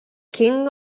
king